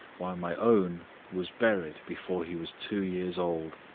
while my own was buried before he was two years old.